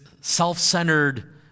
self-centered